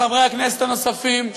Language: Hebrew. חברי הכנסת הנוספים,